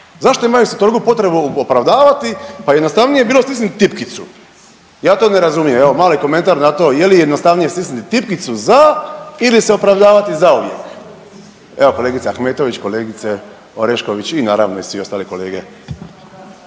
Zašto imaju se toliku potrebnu opravdavati, pa jednostavnije je bilo stisnit tipkicu, ja to ne razumijem. Evo mali komentar na to, je li jednostavnije stisnit tipkicu za ili se opravdavati zauvijek. Evo kolegica Ahmetović, kolegice Orešković i naravno svi ostali kolege.